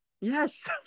Yes